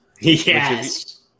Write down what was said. Yes